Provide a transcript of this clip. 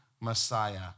Messiah